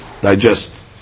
digest